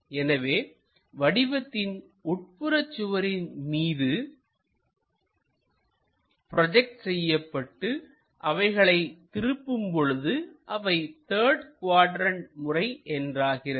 எனவே வடிவத்தின் உட்புறச் சுவரின் மீது ப்ரோஜெக்ட் செய்யப்பட்டு அவைகளை திருப்பும் பொழுது அவை த்தர்டு குவாட்ரண்ட் முறை என்றாகிறது